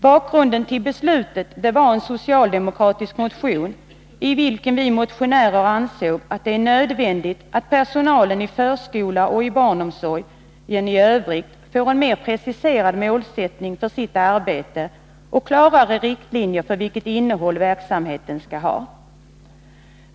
motionärerna framförde åsikten att det är nödvändigt att personalen i Onsdagen den förskolan och i barnomsorgen i övrigt får en mer preciserad målsättning för 15 december 1982 sitt arbete och klarare riktlinjer för vilket innehåll verksamheten skall ha.